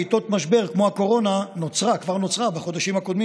בעיתות משבר כמו הקורונה כבר נוצרה בחודשים הקודמים